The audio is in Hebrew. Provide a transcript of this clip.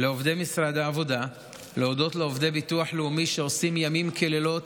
לעובדי משרד העבודה ולהודות לעובדי ביטוח לאומי שעושים לילות